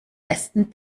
besten